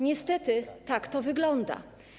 Niestety tak to wygląda.